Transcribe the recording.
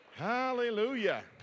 Hallelujah